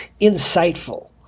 insightful